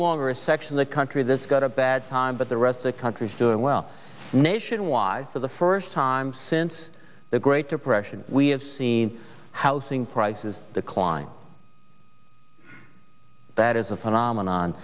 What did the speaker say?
longer a section of the country this got a bad time but the rest the country's doing well nationwide for the first time since the great depression we have seen housing prices decline that is a phenomenon